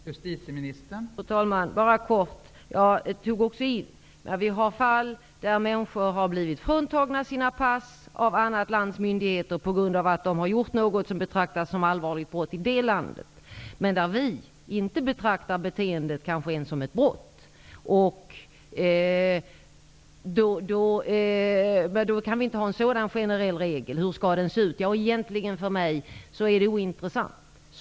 Fru talman! Jag tog också i. Men vi har fall då människor har blivit fråntagna sina pass av annat lands myndigheter på grund av att de har gjort någonting som betraktas som allvarligt brott i det landet, men där vi kanske inte ens betraktar beteendet som ett brott. Då kan vi inte ha en sådan generell regel. Hur skall den se ut? Det är egentligen ointressant för mig.